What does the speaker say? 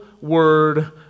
word